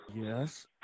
Yes